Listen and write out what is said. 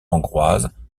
hongroise